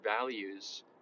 values